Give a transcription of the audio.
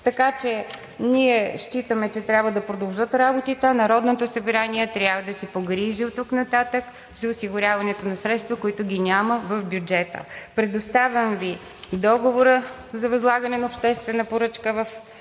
Така че ние считаме, че трябва да продължат работите, а Народното събрание трябва да се погрижи оттук нататък за осигуряването на средства, които ги няма в бюджета. Предоставям Ви договора за възлагане на обществена поръчка във